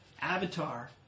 Avatar